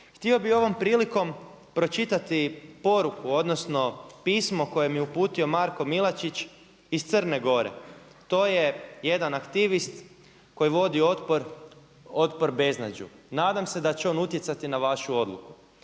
Htio bi ovom prilikom pročitati poruku, odnosno pismo koje mi je uputio Marko Milačić iz Crne Gore. To je jedan aktivist koji vodi otpor, otpor beznađu. Nadam se da će on utjecati na vašu odluku.